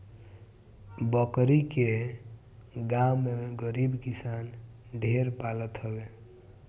बकरी के गांव में गरीब किसान ढेर पालत हवे